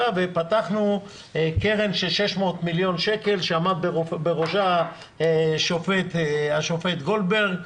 ופתחנו קרן של 600 מיליון שקלים שעמד בראשה השופט גולדברג.